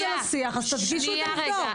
תדגישו את העובדות.